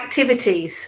activities